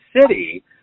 City